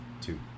two